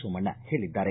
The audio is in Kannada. ಸೋಮಣ್ಣ ಹೇಳಿದ್ದಾರೆ